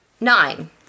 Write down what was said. Nine